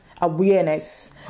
awareness